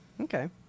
Okay